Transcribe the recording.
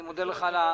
אני מודה לך על הדברים.